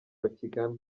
bakigana